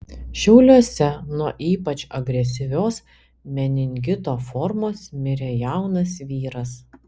šiauliuose nuo ypač agresyvios meningito formos mirė jaunas vyras